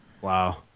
Wow